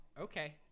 okay